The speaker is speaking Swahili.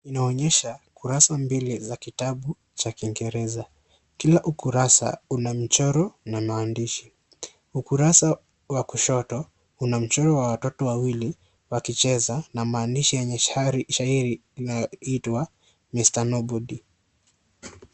Unaonyesha kurasa mbili za kitabu cha Kiingereza ,kila ukurasa una mchoro na maandishi, ukurasa wa kushoto una mchoro wa watoto wawili wakicheza na maandishi yenye shahiri laitwa(CS) Mr nobody(CS).